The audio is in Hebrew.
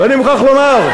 ואני מוכרח לומר,